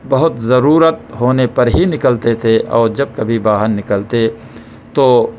بہت ضرورت ہونے پر ہی نکلتے تھے اور جب کبھی باہر نکلتے تو